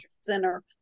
center